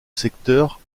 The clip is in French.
secteur